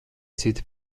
cita